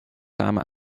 samen